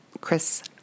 Chris